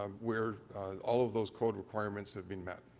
um where all of those code requirements have been met.